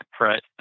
Right